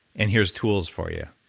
and here's tools for you?